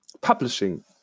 publishing